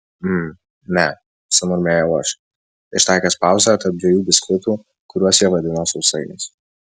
mm ne sumurmėjau aš ištaikęs pauzę tarp dviejų biskvitų kuriuos jie vadino sausainiais